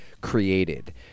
created